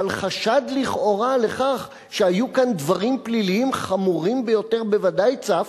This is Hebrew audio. אבל חשד לכאורה לכך שהיו כאן דברים פליליים חמורים ביותר בוודאי צף.